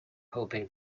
hoping